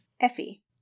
Effie